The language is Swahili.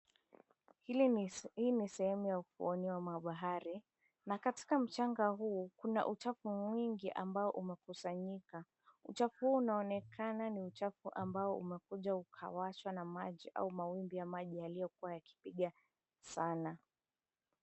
Hii ni sehemu ya ufuoni mwa bahari, na katika mchanga huu kuna uchafu mwingi ambao umekusanyika. Uchafu huo unaonekana ni uchafu ambao umekuja ukawachwa na maji au mawimbi ya maji yaliyokuwa yakipiga sana.